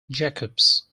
jacobs